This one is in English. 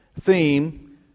theme